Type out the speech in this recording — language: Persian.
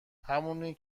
همونی